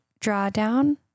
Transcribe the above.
Drawdown